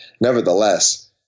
Nevertheless